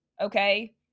Okay